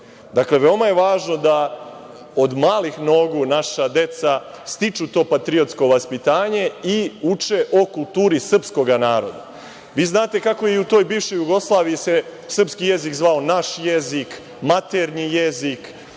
Srbiji. Veoma je važno da od malih nogu naša deca stiču to patriotsko vaspitanje i uče o kulturi srpskog naroda. Vi znate kako se u bivšoj Jugoslaviji srpski jezik zvao naš jezik, maternji jezik,